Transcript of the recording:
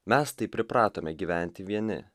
mes taip pripratome gyventi vieni